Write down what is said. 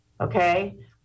okay